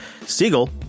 Siegel